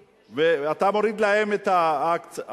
אתה מוריד להם את ההקצבה,